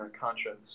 conscience